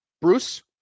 Bruce